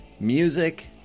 Music